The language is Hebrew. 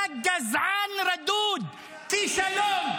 אתה גזען רדוד, כישלון.